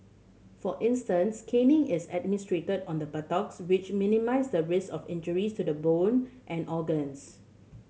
for instance caning is administered on the buttocks which minimise the risk of injury to bone and organs